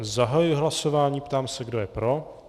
Zahajuji hlasování a ptám se, kdo je pro.